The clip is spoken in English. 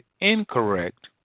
incorrect